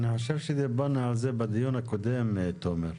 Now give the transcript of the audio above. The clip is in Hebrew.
אני חושב שדיברנו על זה בדיון הקודם, תומר.